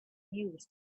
news